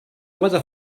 weather